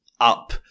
up